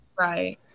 Right